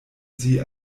sie